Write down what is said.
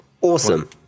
awesome